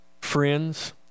friends